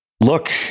look